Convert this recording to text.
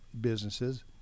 businesses